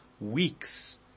weeks